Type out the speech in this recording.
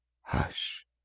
Hush